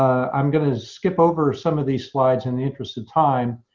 i'm going to skip over some of these slides in the interest of time.